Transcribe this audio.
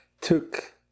took